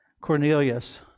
Cornelius